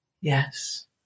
Yes